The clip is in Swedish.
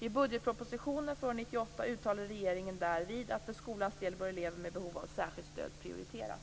I budgetpropositionen för år 1998 uttalade regeringen därvid att för skolans del bör elever med behov av särskilt stöd prioriteras.